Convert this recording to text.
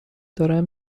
دارم